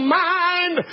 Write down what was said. mind